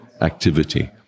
activity